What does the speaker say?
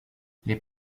les